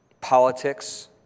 politics